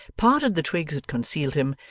parted the twigs that concealed him,